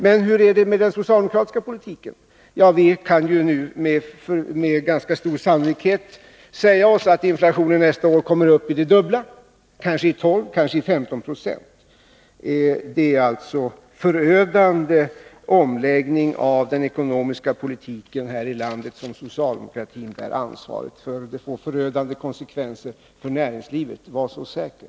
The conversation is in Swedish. Men hur är det med den socialdemokratiska politiken? Ja, vi kan nu med ganska stor sannolikhet säga oss att inflationen nästa år kommer upp till det dubbla, kanske 12, kanske 152. Det är alltså en förödande omläggning av den ekonomiska politiken här i landet som socialdemokratin bär ansvaret för. Det får förödande konsekvenser för näringslivet, var så säker!